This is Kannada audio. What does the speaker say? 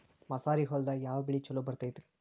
ಮಸಾರಿ ಹೊಲದಾಗ ಯಾವ ಬೆಳಿ ಛಲೋ ಬರತೈತ್ರೇ?